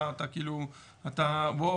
בוא,